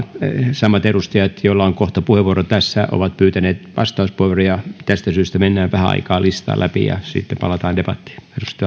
samat edustajat joilla on kohta puheenvuoro tässä ovat pyytäneet vastauspuheenvuoroa ja tästä syystä mennään vähän aikaa listaa läpi ja sitten palataan debattiin